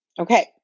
Okay